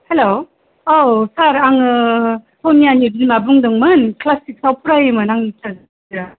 हेल' औ सार आङो सनियानि बिमा बुंदोंमोन क्लास सिक्सआव फरायोमोन आंनि फिसाजोआ